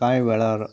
काय वेळार